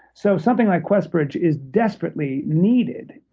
so something like questbridge is desperately needed,